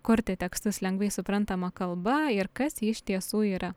kurti tekstus lengvai suprantama kalba ir kas ji iš tiesų yra